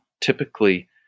typically